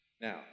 Now